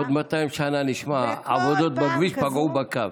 עוד 200 שנה נשמע: עבודות בכביש פגעו בקו.